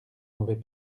mauvais